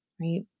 right